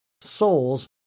souls